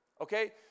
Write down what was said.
okay